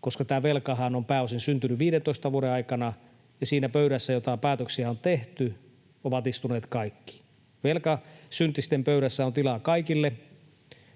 koska tämä velkahan on pääosin syntynyt viidentoista vuoden aikana, ja siinä pöydässä, jossa päätöksiä on tehty, ovat istuneet kaikki. Velkasyntisten pöydässä on tilaa kaikille,